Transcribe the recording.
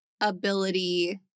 ability